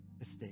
estate